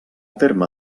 terme